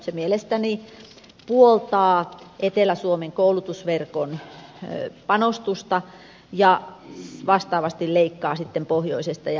se mielestäni puoltaa etelä suomen koulutusverkkoon panostusta ja vastaavasti leikkaa sitten pohjoisesta ja itä suomesta